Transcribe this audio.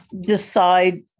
decide